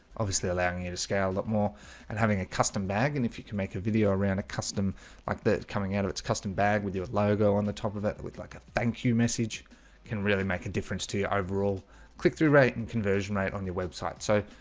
obviously allowing you to scale a lot more and having a custom bag and if you can make a video around a custom like that coming out of its custom bag with your logo on the top of it it with like a thank you message. you can really make a difference to your overall click-through rate and conversion rate on your website. so